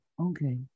okay